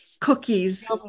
cookies